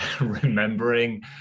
remembering